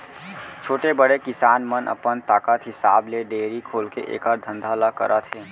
छोटे, बड़े किसान मन अपन ताकत हिसाब ले डेयरी खोलके एकर धंधा ल करत हें